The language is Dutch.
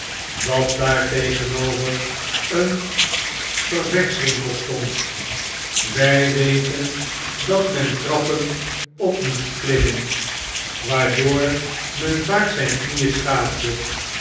dat daar tegenover een ververswinkel stond wy weten dat men trappen op moest klirarnen waardoor men vaak zjjn knieen schaafde